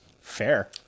Fair